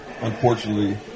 unfortunately